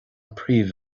príomh